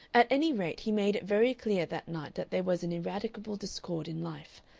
at any rate he made it very clear that night that there was an ineradicable discord in life,